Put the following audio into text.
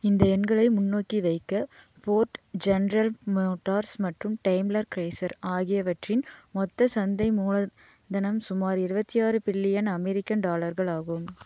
இந்த எண்களை முன்னோக்கி வைக்க ஃபோர்ட் ஜென்ரல் மோட்டார்ஸ் மற்றும் டெய்ம்ளர் க்ரைஸர் ஆகியவற்றின் மொத்த சந்தை மூல தனம் சுமார் இருபத்தி ஆறு பில்லியன் அமெரிக்கன் டாலர்கள் ஆகும்